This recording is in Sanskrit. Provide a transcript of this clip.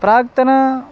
प्राक्तनं